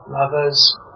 lovers